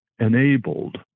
Enabled